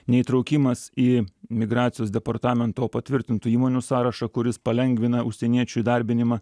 neįtraukimas į migracijos departamento patvirtintų įmonių sąrašą kuris palengvina užsieniečių įdarbinimą